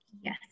Yes